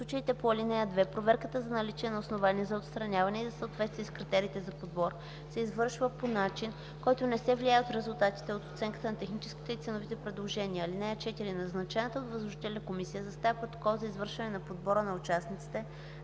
случаите по ал. 2 проверката за наличие на основания за отстраняване и за съответствие с критериите за подбор се извършва по начин, който не се влияе от резултатите от оценката на техническите и ценовите предложения. (4) Назначената от възложителя комисия съставя протокол за извършване на подбора на участниците,